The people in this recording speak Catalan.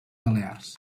balears